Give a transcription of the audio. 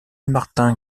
martin